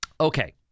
Okay